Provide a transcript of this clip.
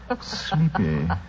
sleepy